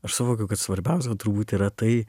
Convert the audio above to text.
aš suvokiau kad svarbiausia turbūt yra tai